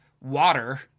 water